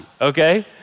Okay